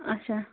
اَچھا